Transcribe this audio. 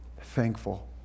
Thankful